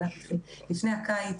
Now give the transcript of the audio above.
לפני הקיץ.